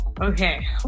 Okay